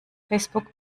facebook